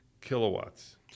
kilowatts